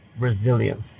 resilience